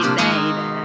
baby